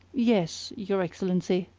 yes, your excellency.